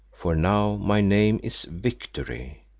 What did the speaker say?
for now my name is victory!